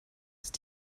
ist